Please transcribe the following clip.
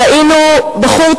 ראינו בחור,